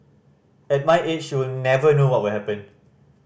at my age you never know what will happen